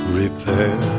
repair